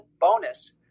bonus